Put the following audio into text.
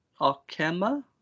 Arkema